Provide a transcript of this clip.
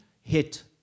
hit